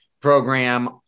program